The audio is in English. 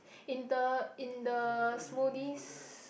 in the in the smoothies